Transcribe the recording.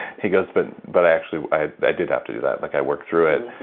he goes, but but actually i did have to do that like i work through it.